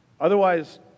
Otherwise